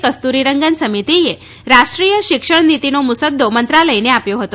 કસ્તુરીરંગન સમિતિએ રાષ્ટ્રીય શિક્ષણ નીતિનો મુસદ્દો મંત્રાલયને આપ્યો હતો